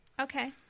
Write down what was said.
okay